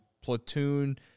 platoon